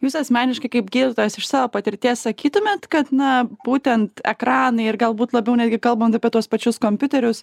jūs asmeniškai kaip gydytojas iš savo patirties sakytumėt kad na būtent ekranai ir galbūt labiau netgi kalbant apie tuos pačius kompiuterius